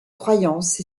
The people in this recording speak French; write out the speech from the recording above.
croyances